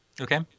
Okay